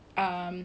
apocalypse